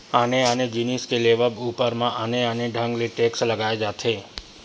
आने आने जिनिस के लेवब ऊपर म आने आने ढंग ले टेक्स लगाए जाथे